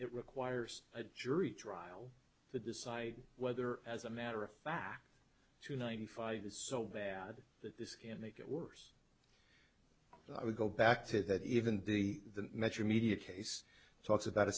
it requires a jury trial to decide whether as a matter of fact two ninety five is so bad that can make it worse so i would go back to that even the metromedia case talks about a